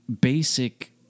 basic